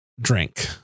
drink